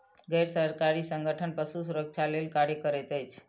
गैर सरकारी संगठन पशु सुरक्षा लेल कार्य करैत अछि